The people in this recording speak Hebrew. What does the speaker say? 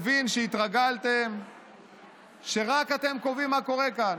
מבין שהתרגלתם שרק אתם קובעים מה קורה כאן,